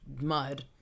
mud